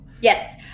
Yes